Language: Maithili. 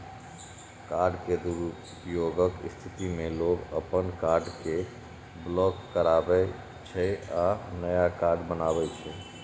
कार्ड के दुरुपयोगक स्थिति मे लोग अपन कार्ड कें ब्लॉक कराबै छै आ नया कार्ड बनबावै छै